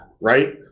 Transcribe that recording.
right